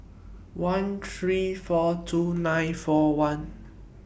one three four two nine four one